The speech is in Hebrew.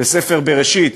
בספר בראשית,